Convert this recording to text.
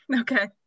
Okay